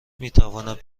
میتواند